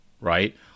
right